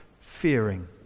fearing